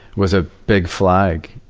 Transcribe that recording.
was a big flag,